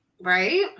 Right